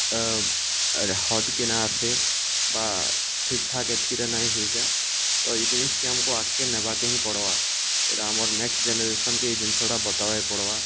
ହଦ୍କେ ନା ଆସେ ବା ଠିକ୍ ଠାକ୍ ଏତ୍କିଟା ନାଇଁ ହେଇଯାଏ ତ ଇ ଜିନିଷ୍କେ ଆମ୍କୁ ଆଗ୍କେ ନେବାକେ ହିଁ ପଡ଼୍ବା ଇଟା ଆମର୍ ନେକ୍ସ୍ଟ ଜେନେରେସନ୍କେ ଇ ଜିନିଷଟା ବତାବାକେ ପଡ଼୍ବା